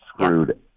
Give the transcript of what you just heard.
screwed